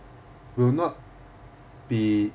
will not be